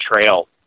trail